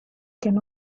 can